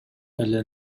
эле